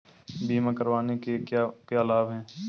बीमा करवाने के क्या क्या लाभ हैं?